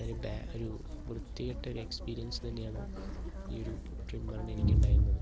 അതിന് ഒരു വൃത്തികെട്ട ഒര് എക്സ്പീരിയൻസ് തന്നെയാണ് ഈ ഒരു ട്രിമ്മറിന് എനിക്ക് ഉണ്ടായിരുന്നത്